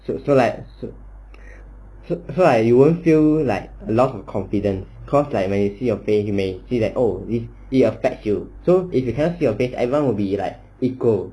so so like so so I wouldn't feel like uh loss of confidence cause like when you see a face you may see that oh it it affects you so if you cannot see your face everyone will be like equal